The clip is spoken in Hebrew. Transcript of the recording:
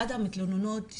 אחת המתלוננות,